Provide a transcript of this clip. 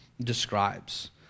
describes